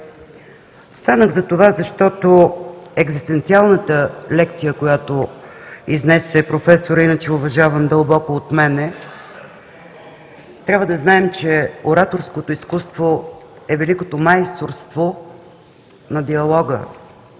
Станах за това, защото екзистенциалната лекция, която изнесе професорът, иначе уважаван дълбоко от мен, трябва да знаем, че ораторското изкуство е великото майсторство на диалога